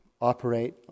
operate